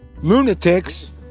lunatics